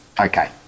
okay